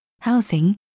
Housing